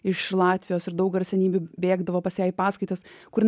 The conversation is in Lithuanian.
iš latvijos ir daug garsenybių bėgdavo pas ją į paskaitas kur